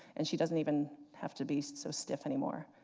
and she doesn't even have to be so stiff anymore.